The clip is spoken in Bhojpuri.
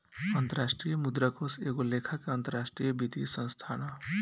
अंतरराष्ट्रीय मुद्रा कोष एगो लेखा के अंतरराष्ट्रीय वित्तीय संस्थान ह